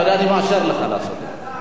אתה יודע, אני מאשר לך לעשות את זה.